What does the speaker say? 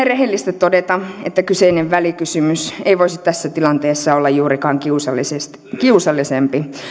rehellistä todeta että kyseinen välikysymys ei voisi tässä tilanteessa olla juurikaan kiusallisempi kiusallisempi